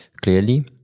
clearly